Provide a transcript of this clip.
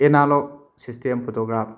analogue system photograph